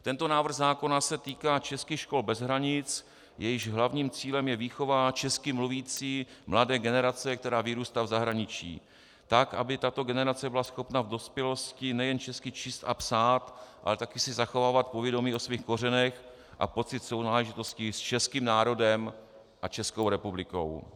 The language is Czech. Tento návrh zákona se týká českých škol bez hranic, jejichž hlavním cílem je výchova česky mluvící mladé generace, která vyrůstá v zahraničí, tak, aby tato generace byla schopna v dospělosti nejen česky číst a psát, ale také si zachovávat povědomí o svých kořenech a pocit sounáležitosti s českým národem a Českou republikou.